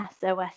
sos